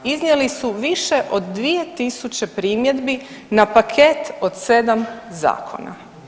Iznijeli su više od 2000 primjedbi na paket od sedam zakona.